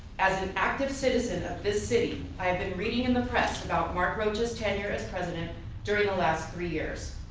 as an active citizen of this city, i have been reading in the press about mark rocha's tenure as president during the last three years.